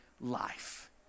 life